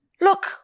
Look